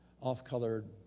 off-colored